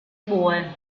bue